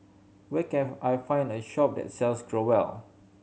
where can I find a shop that sells Growell